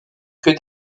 que